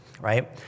Right